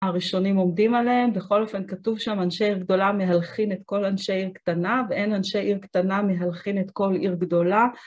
הראשונים עומדים עליהם, בכל אופן כתוב שם אנשי עיר גדולה מהלכין את כל אנשי עיר קטנה ואין אנשי עיר קטנה מהלכין את כל עיר גדולה.